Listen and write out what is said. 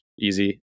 easy